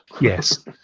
Yes